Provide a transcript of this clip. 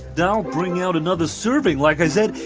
yeah i'll bring out another serving. like i said,